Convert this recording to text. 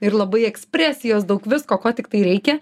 ir labai ekspresijos daug visko ko tiktai reikia